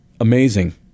Amazing